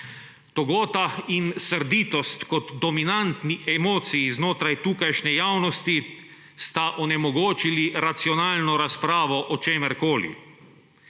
Togota in srditost kot dominantni emociji znotraj tukajšnje javnosti sta onemogočili racionalno razpravo o čemerkoli.